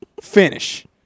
Finish